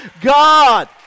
God